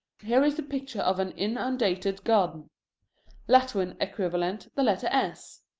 here is the picture of an inundated garden latin equivalent, the letter s.